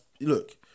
look